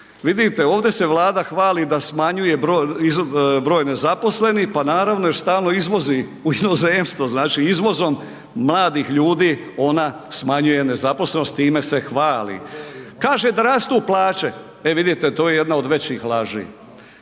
Vidite ovdje se Vlada hvali da smanjuje broj nezaposlenih, pa naravno jer stalno izvozi u inozemstvo, znači izvozom mladih ljudi ona smanjuje nezaposlenost time se hvali. Kaže da rastu plaće, e vidite to je jedna od većih laži.